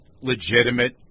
legitimate